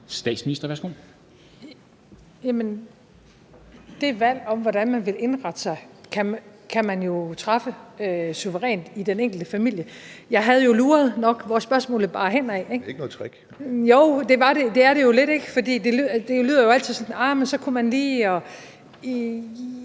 Statsministeren (Mette Frederiksen): Det valg om, hvordan man vil indrette sig, kan man jo træffe suverænt i den enkelte familie. Jeg havde jo nok luret, hvor spørgsmålet bar henad. (Alex Vanopslagh (LA): Det er ikke noget trick). Jo, det er det jo lidt, for det lyder altid på den måde, at så kunne man jo lige